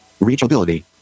reachability